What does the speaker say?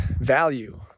value